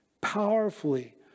powerfully